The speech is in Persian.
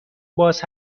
باز